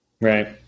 right